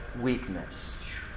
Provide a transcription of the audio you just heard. weakness